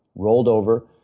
rolled over,